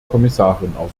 kommissarin